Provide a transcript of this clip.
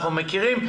אנחנו מכירים.